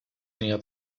veniva